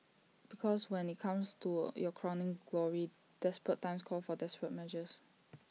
because when IT comes to your crowning glory desperate times call for desperate measures